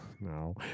No